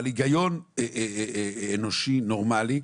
אבל היגיון אנושי נורמלי,